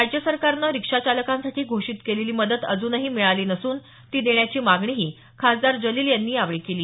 राज्य सरकारनं रिक्षा चालकांसाठी घोषित केलेली मदत अजूनही मिळाली नसून ती देण्याची मागणीही खासदार जलील यांनी यावेळी केली